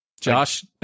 Josh